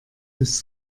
bis